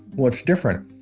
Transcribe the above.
what's different?